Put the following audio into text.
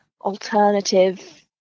alternative